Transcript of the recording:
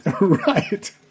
Right